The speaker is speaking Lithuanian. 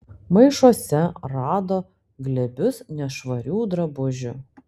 maišuose rado glėbius nešvarių drabužių